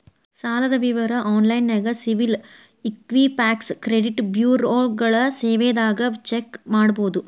ಸಾಲದ್ ವಿವರ ಆನ್ಲೈನ್ಯಾಗ ಸಿಬಿಲ್ ಇಕ್ವಿಫ್ಯಾಕ್ಸ್ ಕ್ರೆಡಿಟ್ ಬ್ಯುರೋಗಳ ಸೇವೆದಾಗ ಚೆಕ್ ಮಾಡಬೋದು